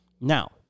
Now